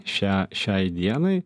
šią šiai dienai